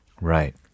Right